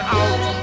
out